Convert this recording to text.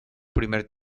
primer